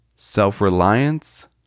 Self-reliance